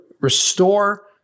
restore